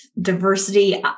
diversity